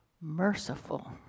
merciful